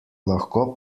lahko